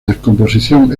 descomposición